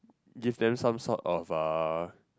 give them some sort of a